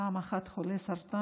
פעם אחת אתה חולה בסרטן,